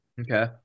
Okay